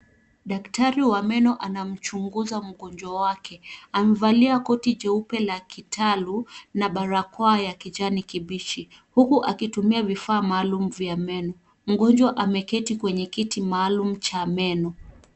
Daktari wa meno anamchunguza mgonjwa wake. Amevalia koti jeupe la kitaalum na barako ya kijani kibichi, huku akitumia vifaa maalum vya meno. Mgonjwa ameketi kwenye kiti maalum cha meno.